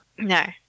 No